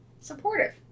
Supportive